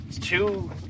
two